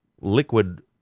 liquid